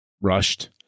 rushed